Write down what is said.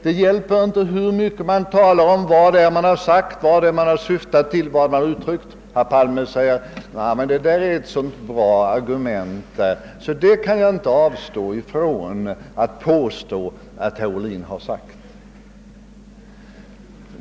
Det hjälper inte hur mycket jag än förklarar vad jag avsett. Herr Palme tycker ändå att han funnit ett så gott argument att han inte kan avstå från att göra gällande att jag sagt vad han påstår.